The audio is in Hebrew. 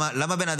למה בן אדם